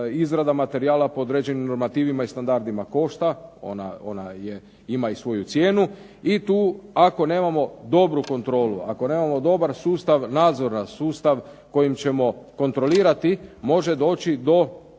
izrada materijala po određenim normativima i standardima košta. Ona ima i svoju cijenu i tu ako nemamo dobru kontrolu, ako nemamo dobar sustav nadzora, sustav kojim ćemo kontrolirati može doći do